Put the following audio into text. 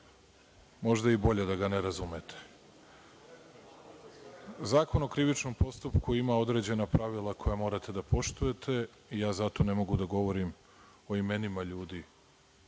možda i bolje da ga ne razumete. Zakon o krivičnom postupku ima određena pravila koja morate da poštujete i ja zato ne mogu da govorim o imenima ljudi